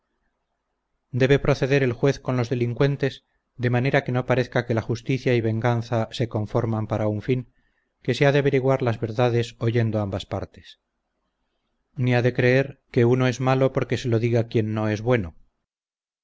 debe proceder el juez con los delincuentes de manera que no parezca que la justicia y venganza se conforman para un fin que se ha de averiguar las verdades oyendo ambas partes ni ha de creer que uno es malo porque se lo diga quien no es bueno